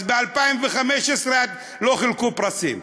אז ב-2015 לא חילקו פרסים.